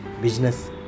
business